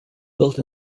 built